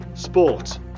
Sport